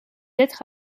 être